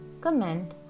comment